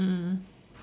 mm mm